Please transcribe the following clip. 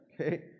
Okay